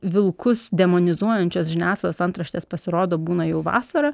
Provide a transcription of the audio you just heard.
vilkus demonizuojančios žiniasklaidos antraštės pasirodo būna jau vasarą